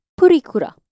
Purikura